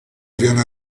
viene